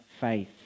faith